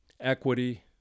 equity